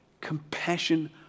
Compassion